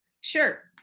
sure